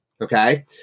Okay